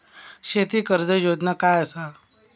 शेती कर्ज योजना काय असा?